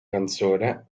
canzone